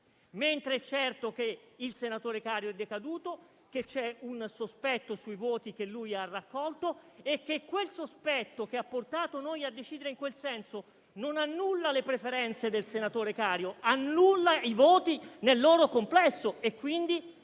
mentre è certo che il senatore Cario è decaduto, c'è un sospetto sui voti che ha raccolto e quel sospetto, che ha portato noi a decidere in quel senso, non annulla le preferenze del senatore Cario, ma annulla i voti nel loro complesso e quindi